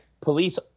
Police